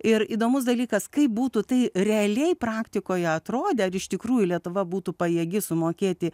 ir įdomus dalykas kaip būtų tai realiai praktikoje atrodę ar iš tikrųjų lietuva būtų pajėgi sumokėti